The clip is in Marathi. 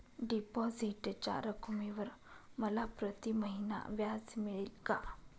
डिपॉझिटच्या रकमेवर मला प्रतिमहिना व्याज मिळेल का?